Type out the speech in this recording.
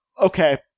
Okay